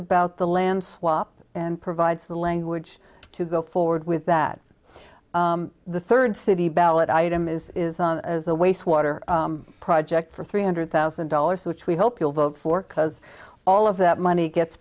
about the land swap and provides the language to go forward with that the third city ballot item is a waste water project for three hundred thousand dollars which we hope you'll vote for because all of that money gets